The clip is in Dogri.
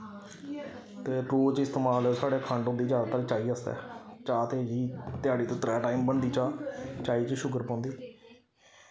ते रोज इस्तमाल साढ़े खंड होंदी जैदातर चाही आस्तै चाह् ते जी ध्याड़ी दे त्रै टैम बनदी चाह् चाही च शूगर पौंदी